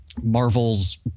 Marvel's